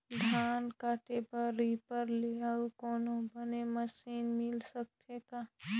धान काटे बर रीपर ले अउ कोनो बने मशीन मिल सकथे का?